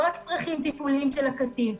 לא רק צרכים טיפוליים של הקטין,